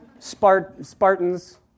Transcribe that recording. Spartans